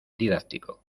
didáctico